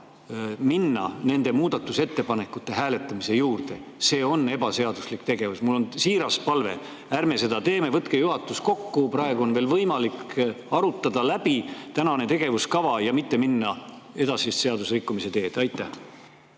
minna nende muudatusettepanekute hääletamise juurde. See on ebaseaduslik tegevus. Mul on siiras palve: ärme seda teeme! Võtke juhatus kokku. Praegu on veel võimalik arutada läbi tänane tegevuskava ja mitte minna edasist seadusrikkumise teed. Aitäh,